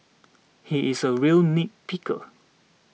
he is a real nitpicker